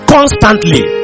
Constantly